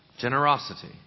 generosity